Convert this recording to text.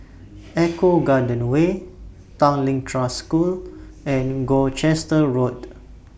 Eco Garden Way Tanglin Trust School and Gloucester Road